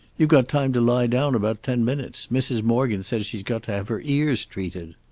you've got time to lie down about ten minutes. mrs. morgan said she's got to have her ears treated.